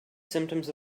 symptoms